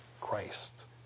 christ